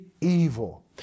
evil